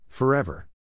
Forever